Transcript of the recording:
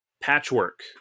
Patchwork